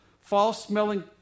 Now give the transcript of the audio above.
false-smelling